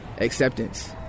acceptance